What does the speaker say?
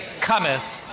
cometh